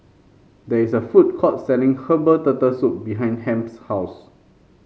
there is a food court selling Herbal Turtle Soup behind Hamp's house